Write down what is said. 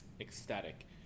ecstatic